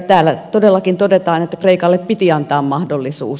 täällä todellakin todetaan että kreikalle piti antaa mahdollisuus